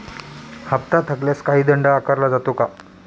हप्ता थकल्यास काही दंड आकारला जातो का?